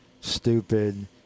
stupid